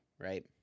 right